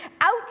out